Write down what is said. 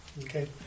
Okay